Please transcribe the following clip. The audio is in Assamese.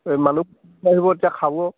এই মানুহ আহিব তেতিয়া খাব